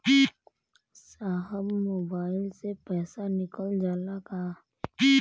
साहब मोबाइल से पैसा निकल जाला का?